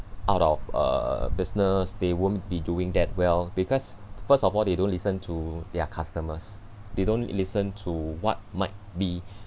out of uh business they won't be doing that well because first of all they don't listen to their customers they don't listen to what might be